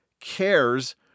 cares